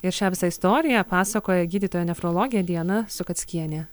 ir šią visą istoriją pasakoja gydytoja nefrologė diana sukackienė